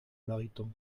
mariton